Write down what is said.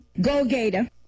Go-Gator